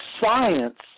Science